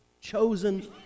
chosen